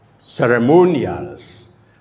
ceremonials